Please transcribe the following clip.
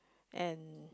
and